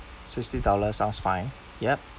sixty dollars sounds fine yup